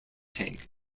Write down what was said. tank